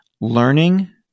learning